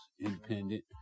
independent